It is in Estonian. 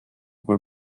kui